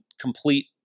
complete